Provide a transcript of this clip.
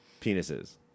Penises